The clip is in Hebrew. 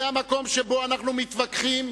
זה המקום שבו אנחנו מתווכחים,